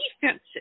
defensive